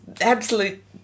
absolute